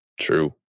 True